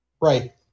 Right